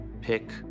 pick